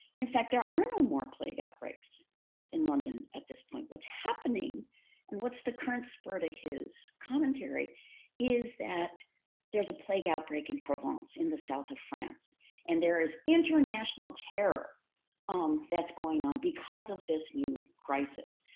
in fact, there are no more plague outbreaks in london at this point. what's happening and what's the current spur to his commentary is that there's a plague outbreak in provence in the south of france and there is international terror um that's going on because of this new crisis.